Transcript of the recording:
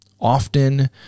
often